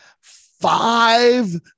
five